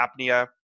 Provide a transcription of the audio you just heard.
apnea